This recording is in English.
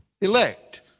elect